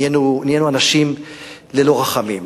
נהיינו אנשים ללא רחמים,